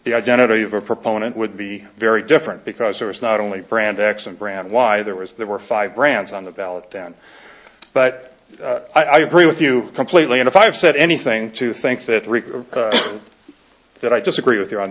the identity of a proponent would be very different because there is not only brand x and brand why there was there were five brands on the ballot down but i agree with you completely and if i've said anything to think that rick that i disagree with you on